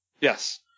Yes